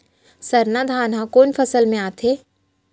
सरना धान ह कोन फसल में आथे?